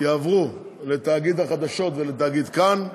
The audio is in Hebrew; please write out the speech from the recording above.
יעברו לתאגיד החדשות ולתאגיד כאן,